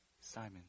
Simon